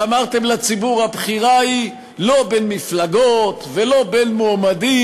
ואמרתם לציבור: הבחירה היא לא בין מפלגות ולא בין מועמדים,